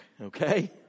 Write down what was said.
okay